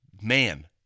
man